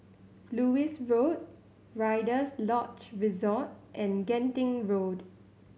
Lewis Road Rider's Lodge Resort and Genting Road